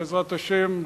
בעזרת השם,